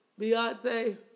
Beyonce